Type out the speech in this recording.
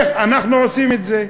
איך אנחנו עושים את זה.